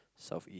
South East